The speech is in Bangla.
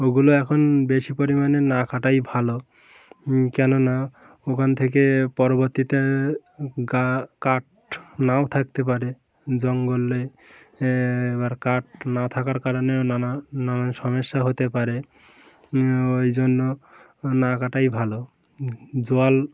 ওগুলো এখন বেশি পরিমাণে না কাটাই ভালো কেননা ওখান থেকে পরবর্তীতে গা কাঠ নাও থাকতে পারে জঙ্গলে এবার কাঠ না থাকার কারণেও নানা নানান সমস্যা হতে পারে ওই জন্য না কাটাই ভালো জল